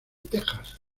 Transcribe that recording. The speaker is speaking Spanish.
texas